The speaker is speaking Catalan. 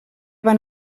van